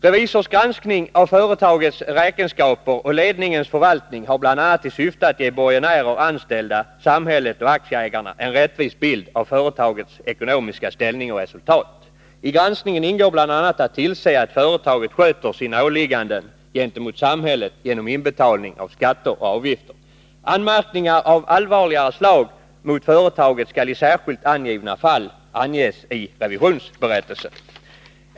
Revisors granskning av företagets räkenskaper och ledningens förvaltning har bl.a. till syfte att ge borgenärer, anställda, samhället och aktieägarna en rättvis bild av företagets ekonomiska ställning och resultat. I granskningen ingår bl.a. att tillse att företaget sköter sina åligganden gentemot samhället genom inbetalning av skatter och avgifter. Anmärkningar av allvarligare slag mot företaget skall i särskilt angivna fall anges i revisionsberättelsen.